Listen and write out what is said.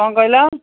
କ'ଣ କହିଲ